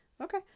Okay